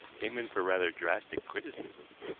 came in for rather drastic criticism.